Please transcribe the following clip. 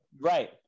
right